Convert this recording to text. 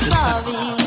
Sorry